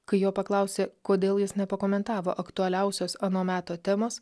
kai jo paklausė kodėl jis nepakomentavo aktualiausios ano meto temos